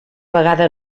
vegada